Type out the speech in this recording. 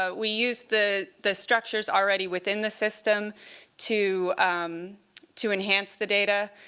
ah we used the the structures already within the system to um to enhance the data.